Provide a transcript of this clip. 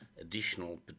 additional